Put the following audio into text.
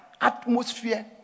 atmosphere